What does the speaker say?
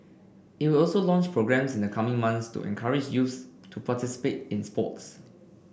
it will also launch programmes in the coming months to encourage youth to participate in sports